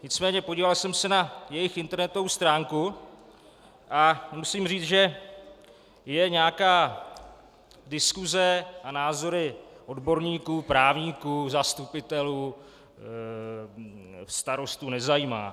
Nicméně podíval jsem se na jejich internetovou stránku a musím říci, že je nějaká diskuse a názory odborníků, právníků, zastupitelů, starostů nezajímá.